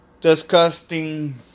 disgusting